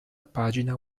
pagina